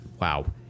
wow